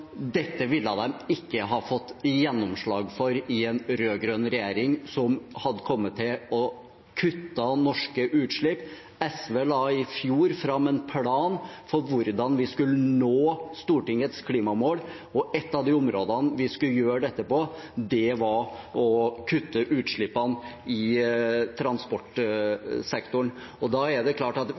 Dette ville de ikke ha fått gjennomslag for i en rød-grønn regjering, som hadde kommet til å kutte norske utslipp. SV la i fjor fram en plan for hvordan vi skulle nå Stortingets klimamål, og en av måtene vi skulle gjøre dette på, var å kutte utslippene i transportsektoren. Vi er forbi det